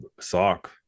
sock